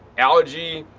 algae,